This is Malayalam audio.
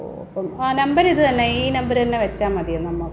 ഓ അപ്പം ആ നമ്പർ ഇത് തന്നെ ഈ നമ്പർ തന്നെ വെച്ചാൽ മതിയെ നമുക്ക്